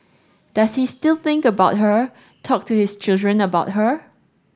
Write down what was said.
does he still think about her talk to his children about her